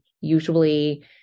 usually